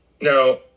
Now